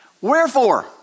Wherefore